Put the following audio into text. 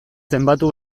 zenbatu